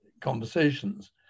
conversations